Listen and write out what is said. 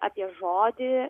apie žodį